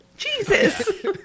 Jesus